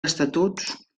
estatuts